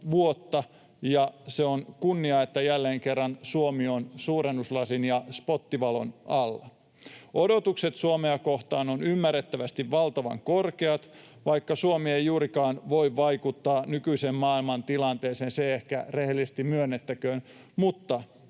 ja se on kunnia, että jälleen kerran Suomi on suurennuslasin ja spottivalon alla. Odotukset Suomea kohtaan ovat ymmärrettävästi valtavan korkeat, vaikka Suomi ei juurikaan voi vaikuttaa nykyiseen maailmantilanteeseen, se ehkä rehellisesti myönnettäköön. Mutta,